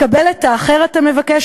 לקבל את האחר אתה אומר?